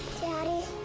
Daddy